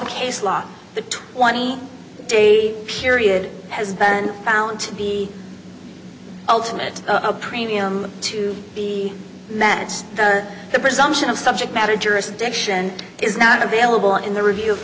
e case law the twenty day period has been found to be ultimate a premium to be managed the presumption of subject matter jurisdiction is not available in the review